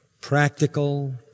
practical